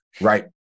Right